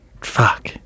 fuck